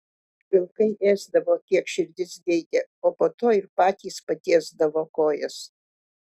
vilkai ėsdavo kiek širdis geidė o po to ir patys patiesdavo kojas